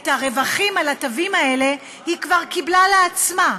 את הרווחים על התווים האלה היא כבר קיבלה לעצמה.